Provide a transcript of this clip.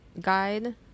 guide